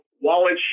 wallet